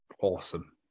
Awesome